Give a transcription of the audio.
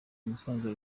musanze